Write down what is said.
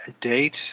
date